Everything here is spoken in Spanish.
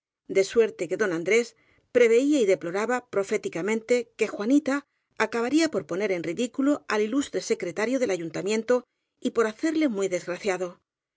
de suerte que don andrés preveía y deploraba proféticamente que juanita acabaría por poner en ridículo al ilustre secretario del ayuntamiento y por hacerle muy desgraciado